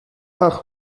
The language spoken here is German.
ach